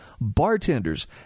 bartenders